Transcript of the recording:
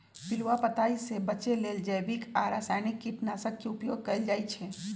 पिलुआ पताइ से बचे लेल जैविक आ रसायनिक कीटनाशक के उपयोग कएल जाइ छै